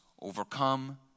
overcome